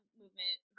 movement